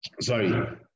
sorry